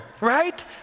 right